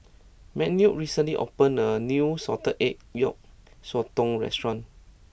Manuel recently opened a new Salted Egg Yolk Sotong restaurant